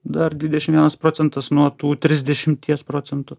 dar dvidešimt vienas procentas nuo tų trisdešimties procentų